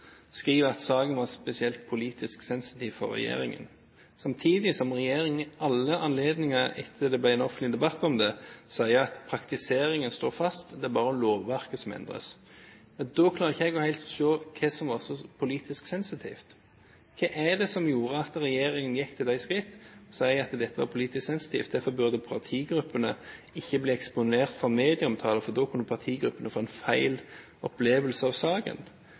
skriver at saken er spesielt politisk sensitiv for regjeringen, samtidig som regjeringen ved alle andre anledninger etter at det ble en offentlig debatt om det, sa at praktiseringen står fast, at det bare er lovverket som endres – klarer jeg ikke helt å se hva som skulle være så politisk sensitivt. Hva er det som gjorde at regjeringen gikk til det skritt å si at dette var politisk sensitivt – derfor burde ikke partigruppene bli eksponert for medieomtale, for da kunne partigruppene få en feil opplevelse av saken